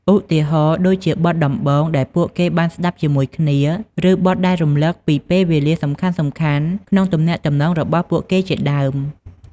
ឧទាហរណ៍ ដូចជាបទដំបូងដែលពួកគេបានស្តាប់ជាមួយគ្នា ឬបទដែលរំឭកពីពេលវេលាសំខាន់ៗក្នុងទំនាក់ទំនងរបស់ពួកគេជាដើម។